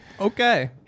Okay